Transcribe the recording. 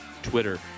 Twitter